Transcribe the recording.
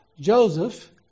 Joseph